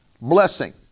blessing